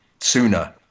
sooner